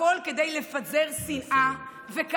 הכול כדי לפזר שנאה, נא לסיים.